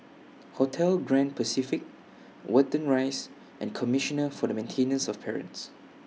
Hotel Grand Pacific Watten Rise and Commissioner For The Maintenance of Parents